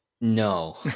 No